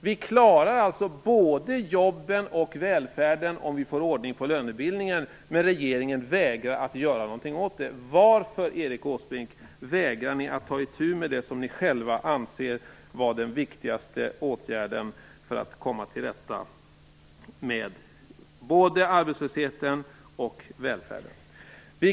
Vi klarar alltså både jobben och välfärden om vi får ordning på lönebildningen, men regeringen vägrar att göra något åt det. Varför, Erik Åsbrink, vägrar ni att ta itu med det som ni själva anser vara den viktigaste åtgärden för att komma till rätta med både arbetslösheten och välfärden? Fru talman!